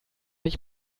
ich